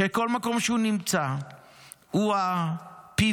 שכל מקום שהוא נמצא בו, הוא ה-pivot,